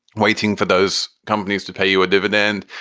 waiting for those companies to pay you a dividend.